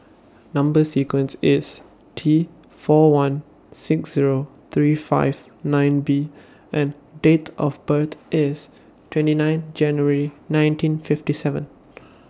Number sequence IS T four one six Zero three five nine B and Date of birth IS twenty nine January nineteen fifty seven